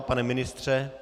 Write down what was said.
Pane ministře?